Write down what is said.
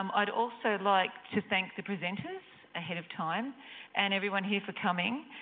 um i'd also like to thank the presenters ahead of time and everyone here for coming.